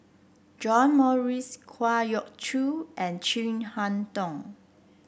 John Morrice Kwa Geok Choo and Chin Harn Tong